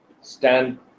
stand